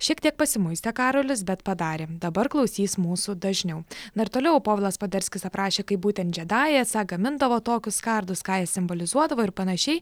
šiek tiek pasimuistė karolis bet padarėm dabar klausys mūsų dažniau na ir toliau povilas poderskis aprašė kaip būtent džedajai esą gamindavo tokius kardus ką jie simbolizuodavo ir panašiai